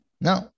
No